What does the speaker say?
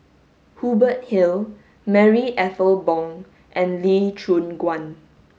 Hubert Hill Marie Ethel Bong and Lee Choon Guan